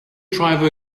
driver